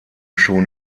schon